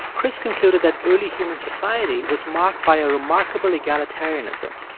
chris concluded that early human society was mocked by a remarkable egalitarianism.